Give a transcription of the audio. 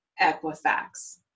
Equifax